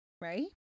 Right